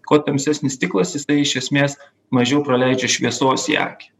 kuo tamsesnis stiklas jisai iš esmės mažiau praleidžia šviesos į akį